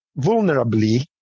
vulnerably